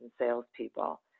salespeople